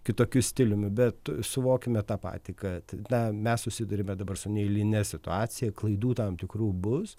kitokiu stiliumi bet suvokime tą patį kad na mes susiduriame dabar su neeiline situacija klaidų tam tikrų bus